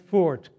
Ford